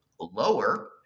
lower